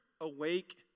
awake